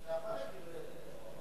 אתה יכול להגיד אורלי,